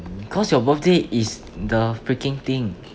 cause your birthday is the freaking thing